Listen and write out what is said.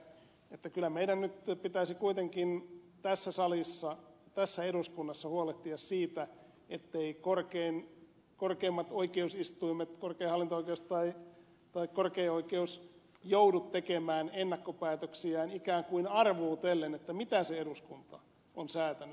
salolle että kyllä meidän nyt pitäisi kuitenkin tässä salissa tässä eduskunnassa huolehtia siitä etteivät korkeimmat oikeusistuimet korkein hallinto oikeus tai korkein oikeus joudu tekemään ennakkopäätöksiään ikään kuin arvuutellen mitä se eduskunta on säätänyt